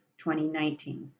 2019